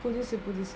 produce and produce